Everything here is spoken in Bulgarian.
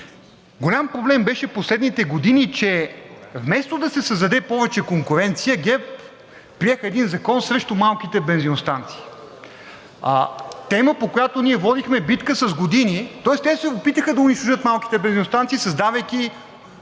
Голям проблем беше последните години, че вместо да се създаде повече конкуренция, ГЕРБ приеха един закон срещу малките бензиностанции – тема, по която ние водихме битка с години. Тоест те се опитаха да унищожат малките бензиностанции, създавайки